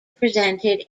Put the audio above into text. presented